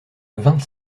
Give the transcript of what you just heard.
vingt